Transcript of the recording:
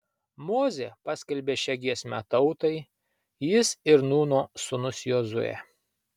mozė paskelbė šią giesmę tautai jis ir nūno sūnus jozuė